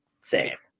six